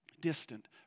Distant